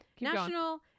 National